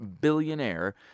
billionaire